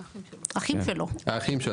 האחים שלו.